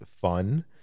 fun